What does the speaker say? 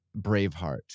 Braveheart